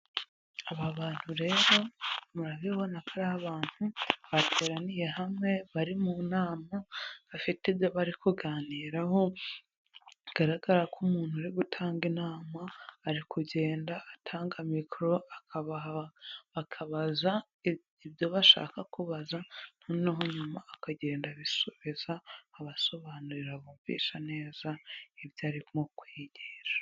Aba bantu rero murabibona ko abantu bateraniye hamwe, bari mu nama, bafite ibyo bari kuganiraho, bigaragara ko umuntu uri gutanga inama ari kugenda atanga mikoro, bakabaza ibyo bashaka kubaza, noneho nyuma akagenda abisubiza, abasobanurira, abumvisha neza ibyo arimo kwigisha.